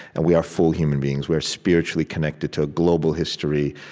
and we are full human beings. we are spiritually connected to a global history.